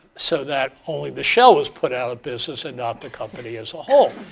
so that only the shell was put out of business and not the company as a whole.